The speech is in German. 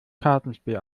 kartenspiel